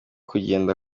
kugenda